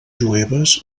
jueves